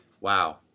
Wow